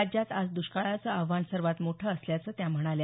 राज्यात आज दष्काळाचं आव्हान सर्वात मोठं असल्याचं त्या म्हणाल्या